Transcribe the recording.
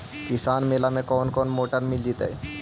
किसान मेला में कोन कोन मोटर मिल जैतै?